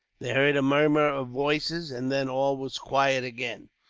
they heard a murmur of voices, and then all was quiet again.